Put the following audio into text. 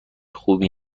خوبی